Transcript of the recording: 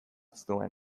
zuen